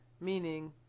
Meaning